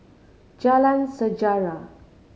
Jalan Sejarah